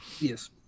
Yes